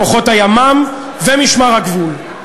לכוחות הימ"מ ומשמר הגבול.